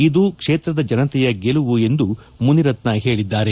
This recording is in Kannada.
ಇದು ಕ್ಷೇತ್ರದ ಜನತೆಯ ಗೆಲುವು ಎಂದು ಮುನಿರತ್ನ ಹೇಳಿದ್ದಾರೆ